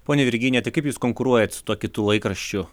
ponia virginija tai kaip jūs konkuruojat su tuo kitu laikraščiu